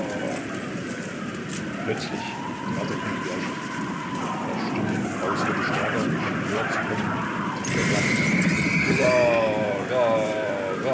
plötzlich knatterten gewehrschüsse das stimmengebraus wurde stärker schien näher zu kommen und wieder klang es hurra rra rra